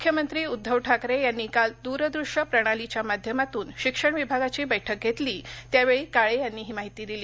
मुख्य मंत्री उद्धव ठाकरे यांनी काल दूर दृष्य प्रणालीच्या माध्यमातून शिक्षण विभागाची बैठक घेतली त्यावेळी काळे यांनी ही माहिती दिली